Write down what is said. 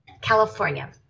California